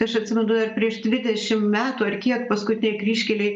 aš atsimenu ar prieš dvidešim metų ar kiek paskutinėj kryžkelėj